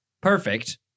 perfect